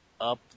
up